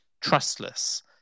trustless